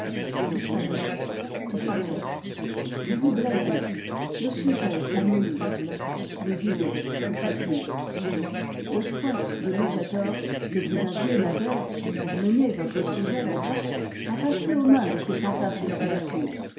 tout s'abaisse tout s'affaisse vous vous blasez le sujet s'amollit vos idées vous fatiguent le fouet de louis xiv que vous aviez naguère pour mener votre sujet en poste a passé aux mains de ces fantasques créatures